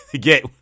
get